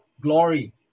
glory